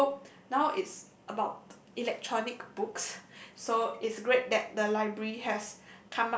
so now is about electronic books so is great that the library has